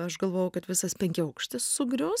aš galvojau kad visas penkiaaukštis sugrius